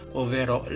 ovvero